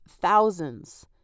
thousands